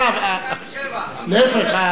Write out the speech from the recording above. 1.7. להיפך.